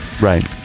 Right